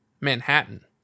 Manhattan